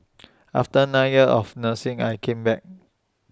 after nine years of nursing I came back